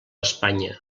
espanya